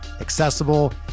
accessible